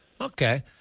Okay